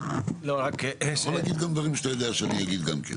אתה יכול להגיד גם דברים שאתה יודע שאני אגיד גם כן.